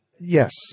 Yes